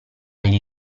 gli